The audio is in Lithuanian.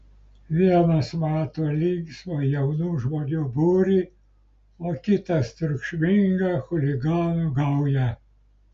vienas mato linksmą jaunų žmonių būrį o kitas triukšmingą chuliganų gaują